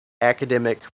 academic